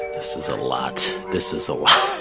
this is a lot. this is a lot